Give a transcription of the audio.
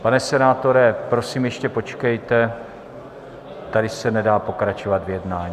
Pane senátore, prosím, ještě počkejte, tady se nedá pokračovat v jednání.